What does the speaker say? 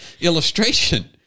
illustration